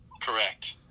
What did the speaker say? Correct